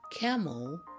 camel